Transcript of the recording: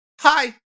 Hi